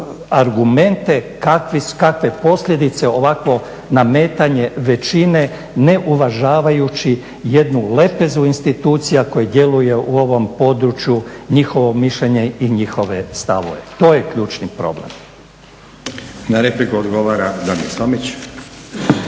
argumente kakve posljedice ovakvo nametanje većine ne uvažavajući jednu lepezu institucija koji djeluje u ovom području, njihovo mišljenje i njihove stavove. To je ključni problem. **Stazić, Nenad (SDP)**